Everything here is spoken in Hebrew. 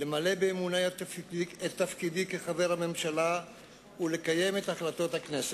למלא באמונה את תפקידי כחבר הממשלה ולקיים את החלטות הכנסת.